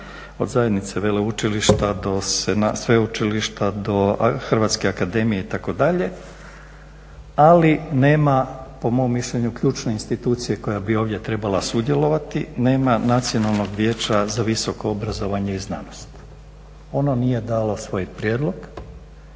od zajednice veleučilišta do sveučilišta do Hrvatske akademije itd., ali nema po mom mišljenju ključne institucije koja bi ovdje trebala sudjelovati, nema Nacionalnog vijeća za visoko obrazovanje i znanost. Ono nije dalo svoj prijedlog.